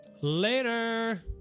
later